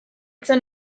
zen